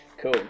cool